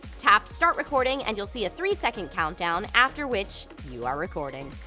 tap start recording and you'll see a three second countdown after which you are recording.